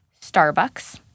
Starbucks